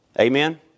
Amen